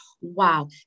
wow